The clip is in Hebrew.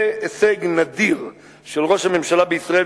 זה הישג נדיר של ראש הממשלה בישראל,